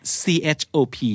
chop